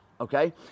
okay